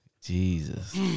Jesus